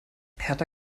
hertha